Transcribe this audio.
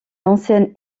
enseigne